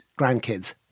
grandkids